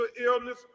illness